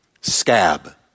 Scab